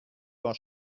war